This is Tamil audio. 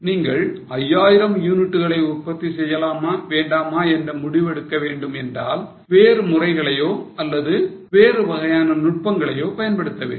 நீங்கள் 5000 யூனிட்களை உற்பத்தி செய்யலாமா வேண்டாமா என்ற முடிவு எடுக்க வேண்டும் என்றால் வேறு முறைகளையோ அல்லது வேறு வகையான நுட்பங்களையோ பயன்படுத்த வேண்டும்